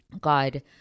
God